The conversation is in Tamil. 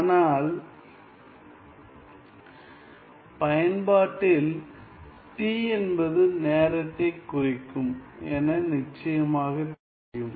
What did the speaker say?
ஆனால் பயன்பாட்டில் t என்பது நேரத்தைக் குறிக்கும் என நிச்சயமாகத் தெரியும்